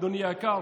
אדוני היקר,